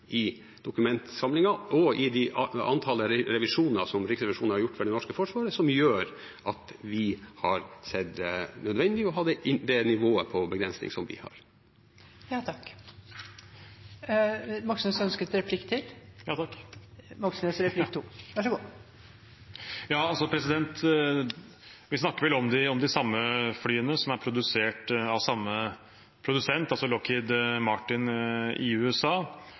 i dokumentsamlingen og i det antallet revisjoner som Riksrevisjonen har gjort for det norske forsvar, som gjør at vi har sett det nødvendig å ha det nivået på begrensning som vi har. Vi snakker vel om de samme flyene – de som er produsert av samme produsent, Lockheed Martin i USA. Det spesielle er at dette er norgeshistoriens aller dyreste innkjøp noen gang, og at vi baserer veldig mye av forsvarsevnen vår i